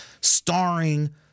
starring